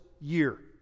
year